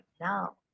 now